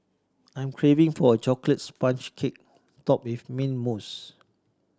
I am craving for a chocolate sponge cake top with mint mousse